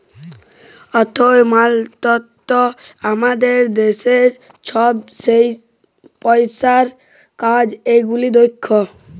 অথ্থ মলত্রলালয় আমাদের দ্যাশের ছব পইসার কাজ গুলা দ্যাখে